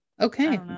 Okay